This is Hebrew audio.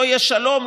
לא יהיה שלום,